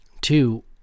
two